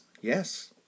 yes